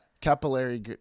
Capillary